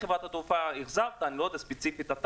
כחברת התעופה החזרת אני לא אומר ספציפית אתה